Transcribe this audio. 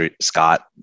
Scott